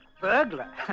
Burglar